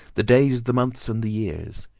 the days, the months, and the years.